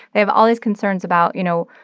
they have all these concerns about, you know,